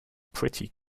pretty